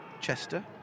Chester